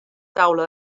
taula